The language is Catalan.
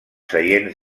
seients